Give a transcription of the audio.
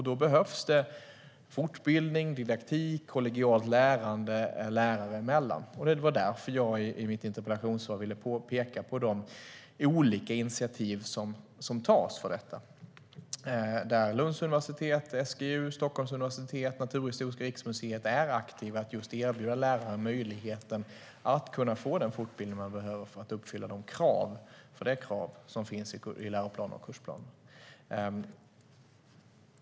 Då behövs det fortbildning, didaktik och kollegialt lärande lärare emellan, och det var därför jag i mitt interpellationssvar ville peka på de olika initiativ som tas för detta. Lunds universitet, SGU, Stockholms universitet, Naturhistoriska riksmuseet är aktiva i att erbjuda lärare möjligheten att få den fortbildning de behöver för att uppfylla de krav som finns i läroplaner och kursplaner.